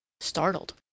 Startled